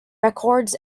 records